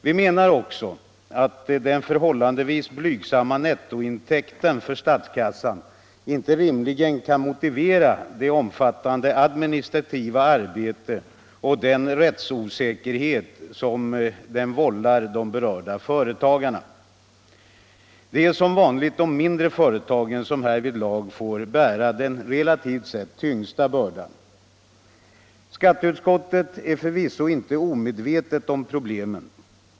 Vi menar också att den förhållandevis blygsamma nettointäkten för statskassan inte rimligen kan motivera det omfattande administrativa arbete och den rättsosäkerhet som lagen vållar berörda företagare. Det är som vanligt de mindre företagen som härvidlag får bära den relativt sett tyngsta bördan. Skatteutskottet är förvisso inte omedvetet om problemen.